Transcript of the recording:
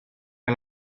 che